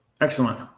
Excellent